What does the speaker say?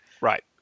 Right